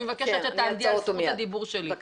אני מבקשת שתעמדי על זכות הדיבור שלי.